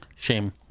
Shame